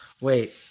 Wait